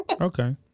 Okay